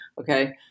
Okay